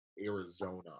Arizona